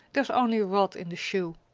there is only a rod in the shoe.